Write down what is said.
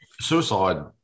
suicide